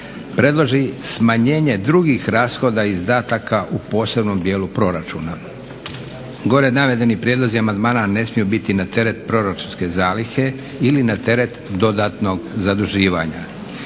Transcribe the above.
predloži smanjenje drugih rashoda i izdataka u posebnom dijelu proračuna. Gore navedeni prijedlozi amandmana ne smiju biti na teret proračunske zalihe ili na teret dodatnog zaduživanja.